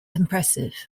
impressive